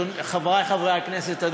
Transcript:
חברי חברי הכנסת,